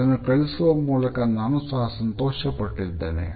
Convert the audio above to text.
ಇದನ್ನು ಕಲಿಸುವ ಮೂಲಕ ನಾನು ಸಹ ಸಂತೋಷ ಪಟ್ಟಿದ್ದೇನೆ